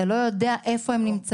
אתה לא יודע איפה הם נמצאים.